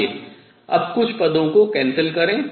आइए अब कुछ पदों को रद्द करें